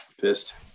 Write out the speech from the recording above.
pissed